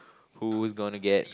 who's gonna get